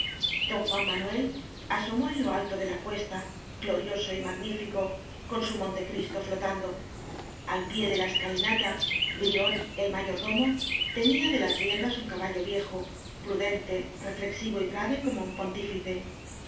don juan manuel aso mó en lo alto de la cuesta glorioso y magní fico con su montecristo flotando al pie de la escalinata brión el mayordomo tenía de las riendas un caballo viejo prudente refle xivo y grave como un pontífice